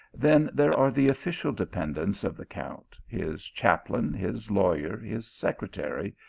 then there are the official de pendents of the count, his chaplain, his lawyer, his secretary,